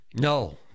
No